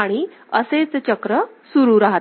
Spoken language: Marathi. आणि असेच चक्र सुरू राहते